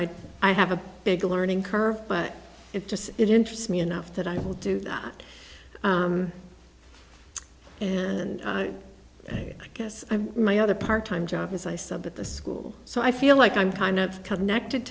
i i have a big learning curve but it just it interests me enough that i will do that and i guess i my other part time job is i sub at the school so i feel like i'm kind of connected